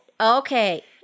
Okay